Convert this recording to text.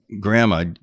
grandma